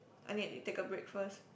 I need to take a break first